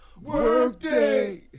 Workday